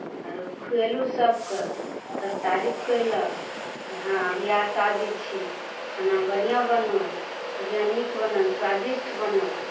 आओर खुएलहुँ सभकेँ सभ तारीफ कयलक हँ ब्याह शादी छी खाना बढ़िआँ बनल बढ़िआँ नीक बनल स्वादिष्ट बनल